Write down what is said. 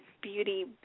beauty